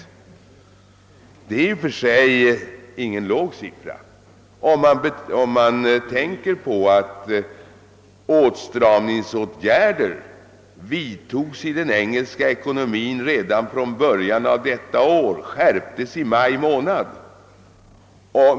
Det är i och för sig ingen låg siffra, om man 'betänker att åstramningsåtgärder i den engelska ekonomin vidtogs redan från början av detta år och skärptes i maj månad.